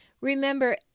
Remember